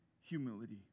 humility